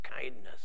kindness